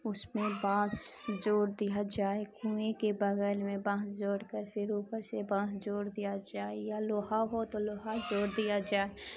اس میں بانس جوڑ دیا جائے کنویں کے بغل میں بانس جوڑ کر پھر اوپر سے بانس جوڑ دیا جائے یا لوہا ہو تو لوہا جوڑ دیا جائے